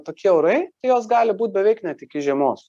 tokie orai tai jos gali būt beveik net iki žiemos